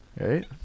Right